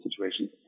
situations